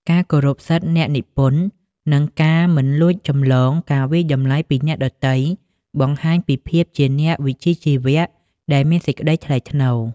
ការគោរពសិទ្ធិអ្នកនិពន្ធ និងការមិនលួចចម្លងការវាយតម្លៃពីអ្នកដទៃ បង្ហាញពីភាពជាអ្នកវិជ្ជាជីវៈដែលមានសេចក្តីថ្លៃថ្នូរ។